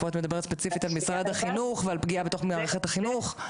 פה את מדברת ספציפית על משרד החינוך ועל פגיעה בתוך מערכת החינוך.